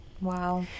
Wow